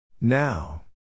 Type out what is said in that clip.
Now